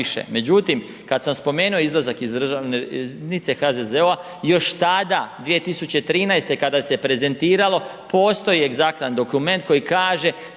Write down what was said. Međutim, kada sam spomenuo izlazak iz državne riznice HZZO-a još tada 2013. kada se prezentiralo, postoji egzaktan dokument koji kaže,